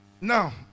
Now